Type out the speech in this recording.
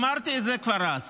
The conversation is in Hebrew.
אמרתי את זה כבר אז,